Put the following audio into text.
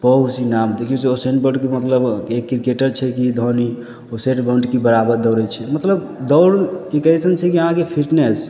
बहुत सी नाम देखिऔ जे उसैन बोल्टके मतलब एक किरकेटर छै कि धोनी उसैन बोल्टके बराबर दौड़ै छै मतलब दौड़ ई कहि सकै छिए अहाँके फिटनेस